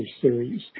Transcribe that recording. series